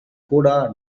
coda